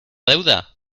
deuda